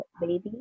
baby